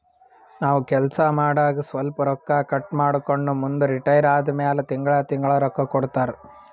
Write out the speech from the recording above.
ನಾವ್ ಕೆಲ್ಸಾ ಮಾಡಾಗ ಸ್ವಲ್ಪ ರೊಕ್ಕಾ ಕಟ್ ಮಾಡ್ಕೊಂಡು ಮುಂದ ರಿಟೈರ್ ಆದಮ್ಯಾಲ ತಿಂಗಳಾ ತಿಂಗಳಾ ರೊಕ್ಕಾ ಕೊಡ್ತಾರ